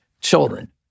children